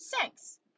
Thanks